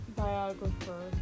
biographer